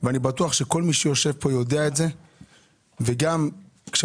ואני בטוח שכל מי שיושב פה יודע את זה וגם כשהאוצר